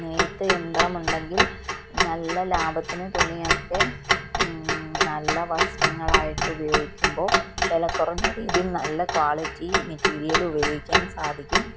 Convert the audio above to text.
നെയ്ത്ത് യന്ത്രമുണ്ടെങ്കിൽ നല്ല ലാഭത്തിന് തുണിയൊക്കെ നല്ല വസ്ത്രങ്ങളായിട്ട് ഉപയോഗിക്കുമ്പോൾ വിലക്കുറഞ്ഞ രീതിയിൽ നല്ല ക്വാളിറ്റി മെറ്റീരിയല് ഉപയോഗിക്കാൻ സാധിക്കും